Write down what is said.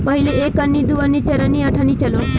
पहिले एक अन्नी, दू अन्नी, चरनी आ अठनी चलो